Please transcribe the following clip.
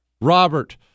Robert